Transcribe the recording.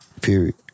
period